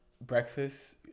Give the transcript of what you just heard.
breakfast